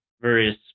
various